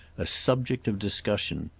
a subject of discussion.